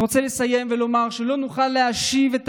אני רוצה לסיים ולומר שלא נוכל להשיב את